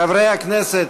חברי הכנסת,